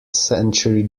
century